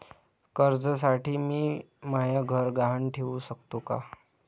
कर्जसाठी मी म्हाय घर गहान ठेवू सकतो का